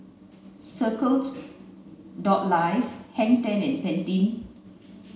circles Life Hang Ten and Pantene